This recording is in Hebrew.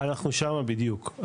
אנחנו שמה בדיוק,